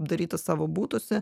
darytas savo butuose